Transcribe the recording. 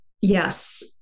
yes